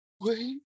wait